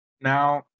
Now